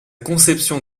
conception